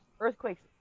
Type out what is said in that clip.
Earthquakes